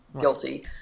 guilty